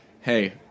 hey